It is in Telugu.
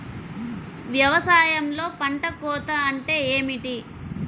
వ్యవసాయంలో పంట కోత అంటే ఏమిటి?